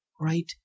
right